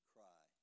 Cry